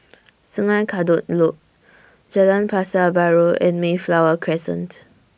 Sungei Kadut Loop Jalan Pasar Baru and Mayflower Crescent